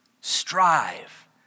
strive